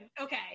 okay